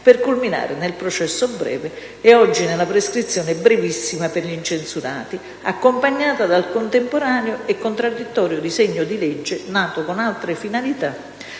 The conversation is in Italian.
per culminare nel processo breve e oggi nella prescrizione brevissima per gli incensurati, accompagnata dal contemporaneo e contraddittorio disegno di legge (nato con altra finalità)